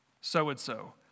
so-and-so